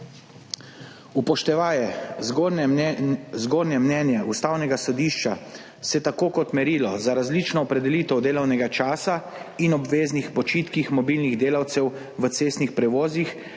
Upoštevaje zgornje mnenje Ustavnega sodišča se tako kot merilo za različno opredelitev delovnega časa in obvezne počitke mobilnih delavcev v cestnih prevozih